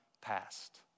past